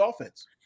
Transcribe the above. offense